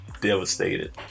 devastated